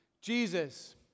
Jesus